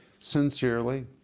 sincerely